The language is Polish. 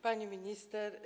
Pani Minister!